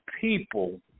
people